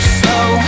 slow